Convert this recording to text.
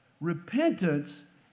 Repentance